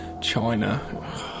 China